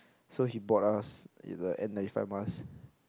so he bought us the N-ninety-five mask